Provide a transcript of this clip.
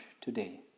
today